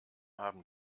haben